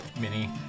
mini